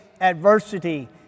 adversity